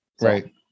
Right